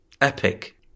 Epic